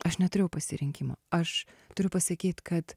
aš neturėjau pasirinkimo aš turiu pasakyt kad